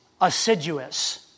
assiduous